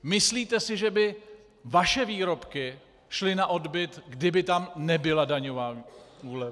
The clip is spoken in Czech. Myslíte si, že by vaše výrobky šly na odbyt, kdyby tam nebyla daňová úleva?